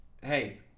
hey